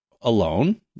alone